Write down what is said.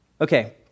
Okay